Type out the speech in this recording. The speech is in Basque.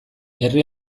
herri